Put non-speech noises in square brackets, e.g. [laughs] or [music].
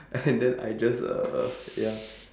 [laughs] and then I just uh ya